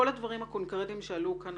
כל הדברים הקונקרטיים שעלו כאן,